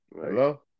Hello